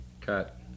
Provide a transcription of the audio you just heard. Cut